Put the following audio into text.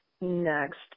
Next